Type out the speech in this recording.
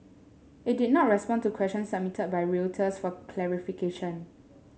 it did not respond to question submitted by Reuters for clarification